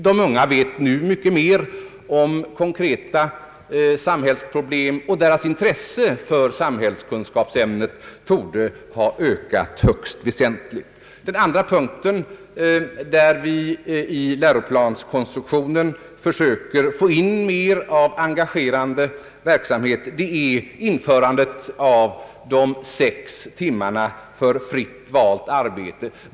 De unga vet nu mycket mer om konkreta samhällsproblem, och deras intresse för samhällskunskapsämnet torde ha ökat högst väsentligt. För det andra försöker vi i läroplanskonstruktionen att få in mer av engagerande verksamhet genom införande av sex veckotimmar för fritt valt arbete.